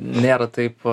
nėra taip